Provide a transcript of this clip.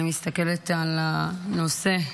אני מסתכלת על הנושא,